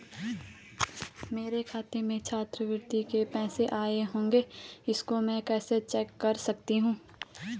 मेरे खाते में छात्रवृत्ति के पैसे आए होंगे इसको मैं कैसे चेक कर सकती हूँ?